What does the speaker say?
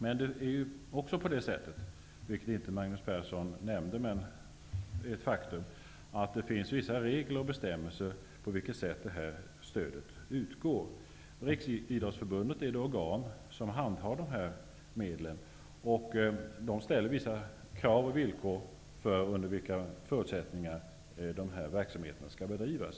Faktum är, vilket Magnus Persson inte nämnde, att det finns vissa regler och bestämmelser som anger på vilket sätt detta stöd skall utgå. Riksidrottsförbundet som är det organ som handhar medlen ställer vissa krav på och villkor för hur dessa verksamheter skall bedrivas.